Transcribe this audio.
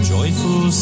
Joyful